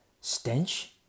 stench